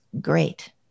great